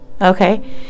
okay